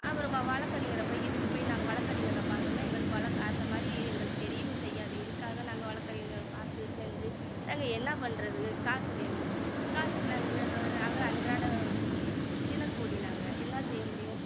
அப்புறமா வழக்கறிஞரை போய் இதுக்கு போய் நாங்கள் வழக்கறிஞர்களை பார்க்கணுன்னா எங்களுக்கு வழக்கு அந்தமாதிரி எங்களுக்கு தெரியவும் செய்யாது இதுக்காக நாங்கள் வழக்கறிஞரை பார்த்து செஞ்சு நாங்கள் என்ன பண்ணுறது காசு வேணும் காசுக்கு நாங்கள் எங்கேன்றத நாங்களே அன்றாட கூலிக தினக்கூலி நாங்கள் என்ன செய்யமுடியும்